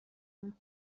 اون